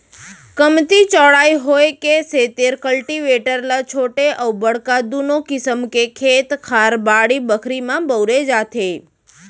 कमती चौड़ाई होय के सेतिर कल्टीवेटर ल छोटे अउ बड़का दुनों किसम के खेत खार, बाड़ी बखरी म बउरे जाथे